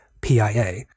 PIA